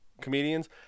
comedians